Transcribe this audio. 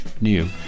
new